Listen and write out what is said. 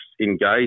engage